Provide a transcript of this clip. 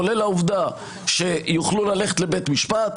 כולל העובדה שיוכלו ללכת לבית משפט,